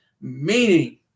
meaning